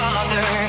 Father